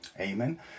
Amen